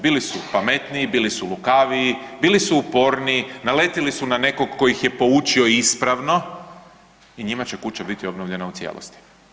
Bili su pametniji, bili su lukaviji, bili su uporniji, naletjeli su na nekoga tko ih je poučio ispravno i njima će kuća biti obnovljena u cijelosti.